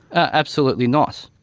absolutely not.